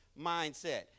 mindset